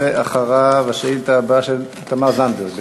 ואחריו, השאילתה הבאה היא של תמר זנדברג.